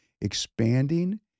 expanding